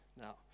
Now